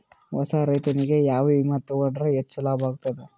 ಹೊಸಾ ರೈತನಿಗೆ ಯಾವ ವಿಮಾ ತೊಗೊಂಡರ ಹೆಚ್ಚು ಲಾಭ ಆಗತದ?